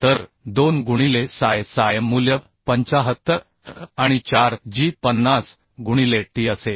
तर 2 गुणिले psi psi मूल्य 75 आणि 4 g 50 गुणिले t असेल